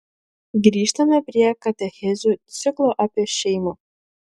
grįžtame prie katechezių ciklo apie šeimą